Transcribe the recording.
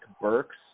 Burks